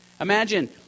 Imagine